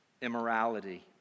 immorality